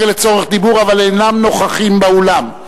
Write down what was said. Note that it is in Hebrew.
לצורך דיבור אבל אינם נוכחים באולם.